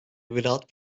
without